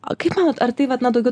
o kaip manot ar tai vat na daugiau